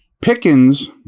Pickens